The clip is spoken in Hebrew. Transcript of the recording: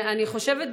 אני חושבת,